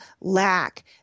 lack